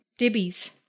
Dibbies